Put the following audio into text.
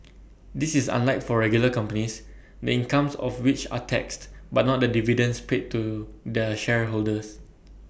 this is unlike for regular companies the incomes of which are taxed but not the dividends paid to their shareholders